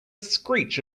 screech